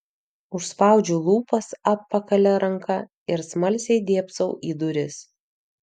užspaudžiu lūpas atpakalia ranka ir smalsiai dėbsau į duris